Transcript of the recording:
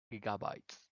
gigabytes